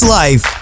life